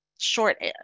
short